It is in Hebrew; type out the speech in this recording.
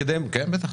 בטח.